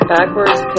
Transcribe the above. Backwards